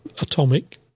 atomic